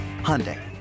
Hyundai